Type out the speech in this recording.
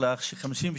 אנחנו נשארים.